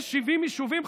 יש 70 יישובים,